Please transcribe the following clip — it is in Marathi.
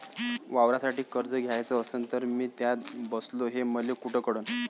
वावरासाठी कर्ज घ्याचं असन तर मी त्यात बसतो हे मले कुठ कळन?